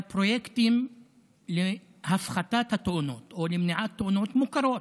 והפרויקטים להפחתת התאונות או למניעת תאונות מוכרים,